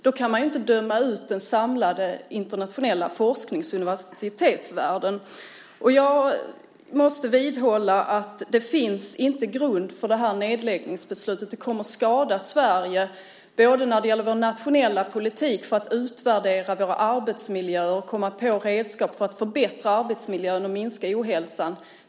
Då kan man inte döma ut den samlade internationella forsknings och universitetsvärlden. Jag måste vidhålla att det inte finns grund för det här nedläggningsbeslutet. Det kommer att skada Sverige när det gäller vår nationella politik för att utvärdera våra arbetsmiljöer och komma på redskap för att förbättra arbetsmiljön och minska ohälsan.